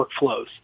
workflows